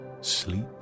Sleep